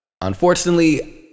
Unfortunately